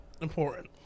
important